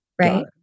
right